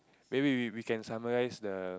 maybe we we can summarize the